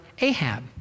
Ahab